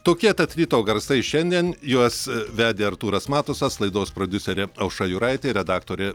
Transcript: tokie tad ryto garsai šiandien juos vedė artūras matusas laidos prodiuserė aušra juraitė redaktorė